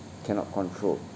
cannot control